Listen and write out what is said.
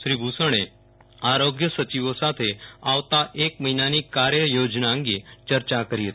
શ્રી મુષણે આરોગય સચિવો સાથે આવતા એક મહિનાની કાર્ય યોજના અંગે ચર્ચા કરી હતી